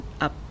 up